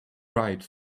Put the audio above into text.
ride